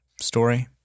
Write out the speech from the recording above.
story